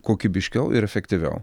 kokybiškiau ir efektyviau